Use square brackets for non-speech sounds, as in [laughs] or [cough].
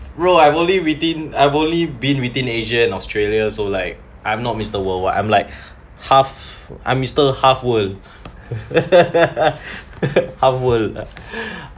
bro I only within I've only been within asia and australia so like I'm not mister world wide I'm like [breath] half I'm mister half world [laughs] half world [breath]